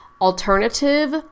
alternative